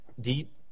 deep